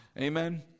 Amen